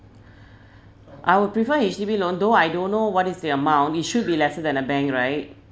I would prefer H_D_B loan though I don't know what is the amount it should be lesser than the bank right